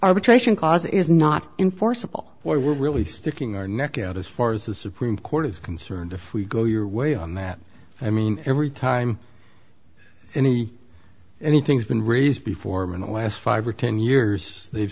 arbitration clause is not enforceable where we're really sticking our neck out as far as the supreme court is concerned if we go your way on that i mean every time any anything's been raised before him in the last five or ten years they've